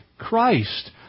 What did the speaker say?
Christ